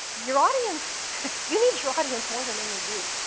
your audience you need your audience more than they need you.